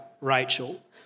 Rachel